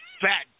fat